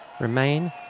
Remain